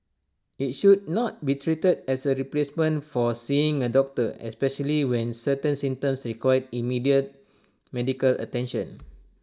IT should not be treated as A replacement for seeing A doctor especially when certain symptoms require immediate medical attention